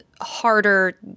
harder